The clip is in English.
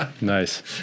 Nice